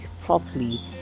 properly